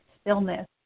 stillness